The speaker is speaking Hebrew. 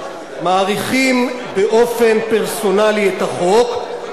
מאריכים באופן פרסונלי את החוק,